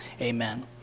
Amen